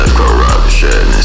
corruption